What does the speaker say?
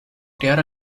crear